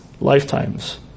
lifetimes